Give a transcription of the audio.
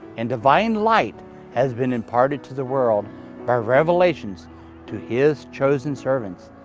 and divine light has been imparted to the world by revelations to his chosen servants.